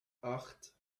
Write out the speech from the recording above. acht